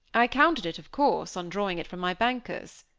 i counted it, of course, on drawing it from my bankers.